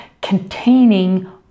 containing